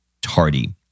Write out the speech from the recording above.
Tardy